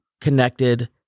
connected